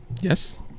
yes